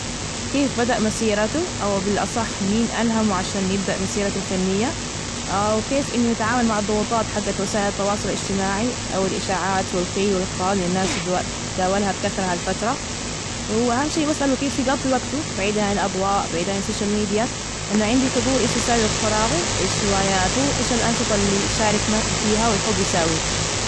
كيف بدأ مسيرته؟ أو بالأصح مين ألهمه عشان يبدء مسيرته الفنية؟ وكيف إنه يتعامل مع الضغوطات، حجة وسائل التواصل الإجتماعي، أو الإشاعات والقيل والقال للناس، داولها بكثرة هالفترة، وأهم شي بسأله كيف يقضي وقته بعيدا عن الأضواء؟ بعيد عن السوشيال ميديا؟ إنه عندي فضول، إيش يسوى في وقت فراغه، إيش هواياته؟ إيش الأنشطة اللي شارك فيها ويحب يساويه؟